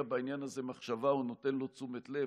בעניין הזה מחשבה או נותן לו תשומת לב.